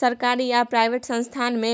सरकारी आ प्राइवेट संस्थान मे